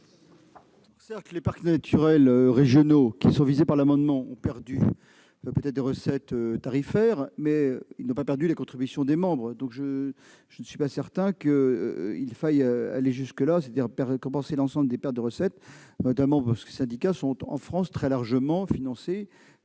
Certes, les parcs naturels régionaux visés par l'amendement ont perdu des recettes tarifaires, mais ils n'ont pas perdu les contributions des membres. Je ne suis donc pas certain qu'il faille compenser l'ensemble des pertes de recettes, notamment parce que ces syndicats sont en France très largement financés